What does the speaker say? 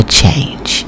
change